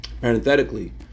Parenthetically